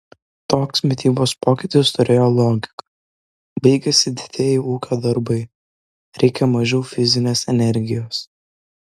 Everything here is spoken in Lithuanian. toks mitybos pokytis turėjo logiką baigėsi didieji ūkio darbai reikia mažiau fizinės energijos